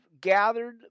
gathered